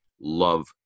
love